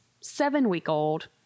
seven-week-old